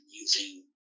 using